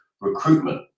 recruitment